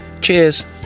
Cheers